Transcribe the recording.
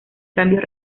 cambios